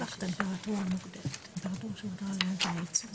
זה אחד קובע.